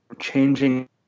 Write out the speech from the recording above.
changing